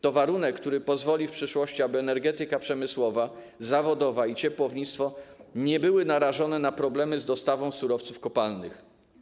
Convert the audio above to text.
To warunek, który pozwoli w przyszłości, aby energetyka przemysłowa, zawodowa i ciepłownictwo nie były narażone na problemy z dostawą surowców kopalnych.